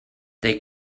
they